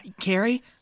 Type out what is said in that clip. Carrie